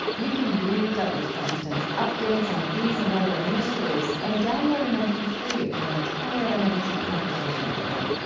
you can read douglas johnston's updates on these and other initiatives, and download an m p three of my entire unedited conversation with him.